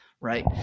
right